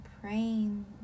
praying